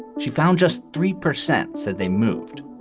she found just three percent said they moved.